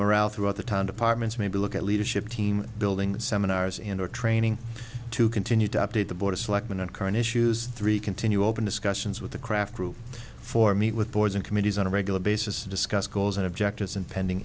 morale throughout the town departments maybe look at leadership team building seminars and or training to continue to update the board of selectmen on current issues three continue open discussions with the craft group for meet with boards and committees on a regular basis to discuss goals and objectives and pending